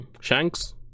Shanks